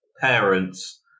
parents